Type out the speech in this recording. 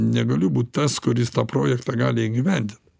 negaliu būt tas kuris tą projektą gali įgyvendin